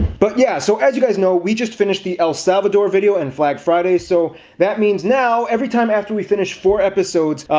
but yeah, so as you guys know, we just finished the el salvador video and flag friday, so that means now, everytime after we finish four episodes,